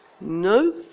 No